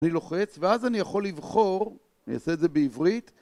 אני לוחץ ואז אני יכול לבחור, אני אעשה את זה בעברית